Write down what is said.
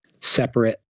separate